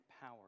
power